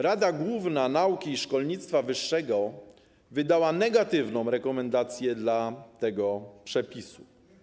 Rada Główna Nauki i Szkolnictwa Wyższego wydała negatywną rekomendację dla tego przepisu.